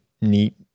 neat